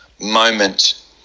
moment